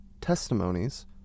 testimonies